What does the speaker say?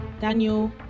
Daniel